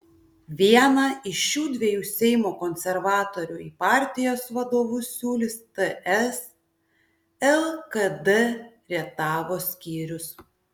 vieną iš šių dviejų seimo konservatorių į partijos vadovus siūlys ts lkd rietavo skyrius